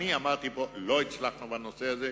אני אמרתי: לא הצלחנו בנושא הזה,